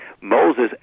Moses